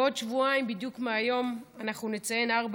בעוד שבועיים מהיום בדיוק אנחנו נציין ארבע